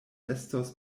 estos